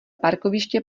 parkoviště